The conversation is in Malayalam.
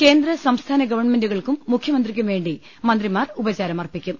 കേന്ദ്ര സംസ്ഥാന ഗവൺമെന്റുകൾക്കും മുഖ്യമന്ത്രിക്കും വേണ്ടി മന്ത്രിമാർ ഉപചാരമർപ്പിക്കും